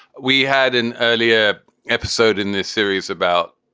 we had an earlier episode in this series about.